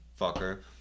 fucker